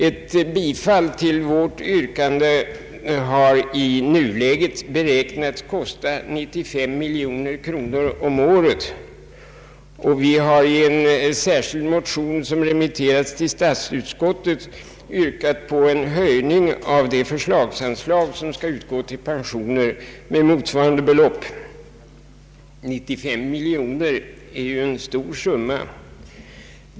Ett bifall till vårt yrkande har i nuläget beräknats kosta 95 miljoner kronor om året, och vi har i en särskild motion, som remitterats till statsutskottet, yrkat på en höjning av det förslagsanslag som skall utgå till pensioner med motsvarande belopp. 95 miljoner kronor är ju en stor summa.